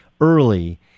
early